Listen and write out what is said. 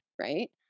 right